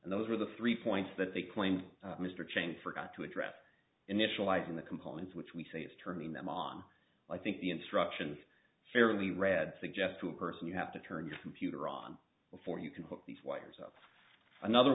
and those are the three points that they claim mr chain forgot to address initializing the components which we say is turning them on i think the instructions fairly read suggest to a person you have to turn your computer on before you can put these wires up another